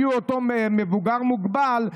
מיהו אותו מבוגר מוגבל,